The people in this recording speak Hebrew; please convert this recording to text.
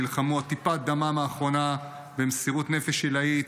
נלחמו עד טיפה דמם האחרונה במסירות נפש עילאית,